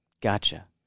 Gotcha